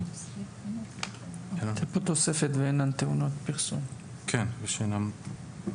למתן תעודת הסמכה אולי זה קצת להקדים את המאוחר,